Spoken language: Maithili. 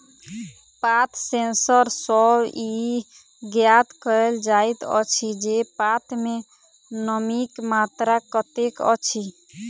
पात सेंसर सॅ ई ज्ञात कयल जाइत अछि जे पात मे नमीक मात्रा कतेक अछि